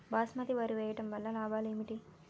బాస్మతి వరి వేయటం వల్ల లాభాలు ఏమిటి?